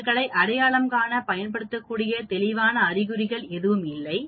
அவர்களை அடையாளம் காண பயன்படுத்தக்கூடிய தெளிவான அறிகுறிகள் எதுவும் இல்லை